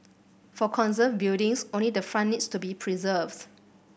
for conserved buildings only the front needs to be preserved